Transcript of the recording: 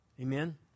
Amen